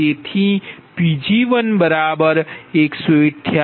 તેથી Pg1 188